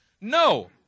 No